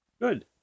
Good